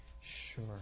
sure